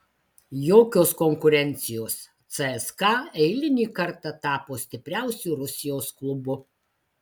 jokios konkurencijos cska eilinį kartą tapo stipriausiu rusijos klubu